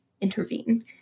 intervene